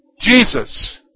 Jesus